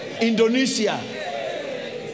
Indonesia